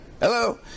Hello